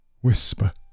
Whisper